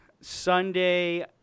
Sunday